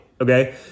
okay